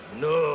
no